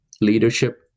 leadership